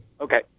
Okay